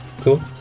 cool